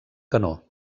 canó